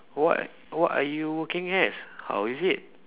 what what are you working as how is it